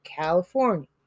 california